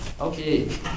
Okay